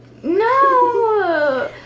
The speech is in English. No